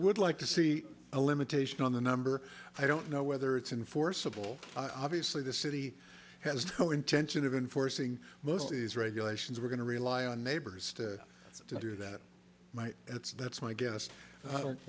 would like to see a limitation on the number i don't know whether it's in forcible obviously the city has no intention of enforcing most of these regulations we're going to rely on neighbors to do that might that's that's my guess i don't